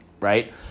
right